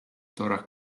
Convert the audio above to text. torach